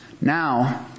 Now